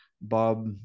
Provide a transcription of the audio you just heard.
Bob